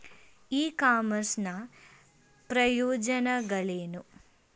E commerce ನ ಪ್ರಯೋಜನಗಳೇನು?